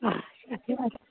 اچھا